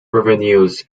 revenues